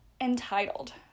entitled